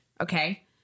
okay